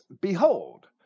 behold